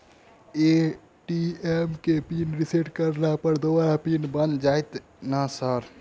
ATM केँ PIN reset करला पर दोबारा पिन बन जाइत नै सर?